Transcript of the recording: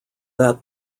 that